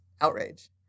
outrage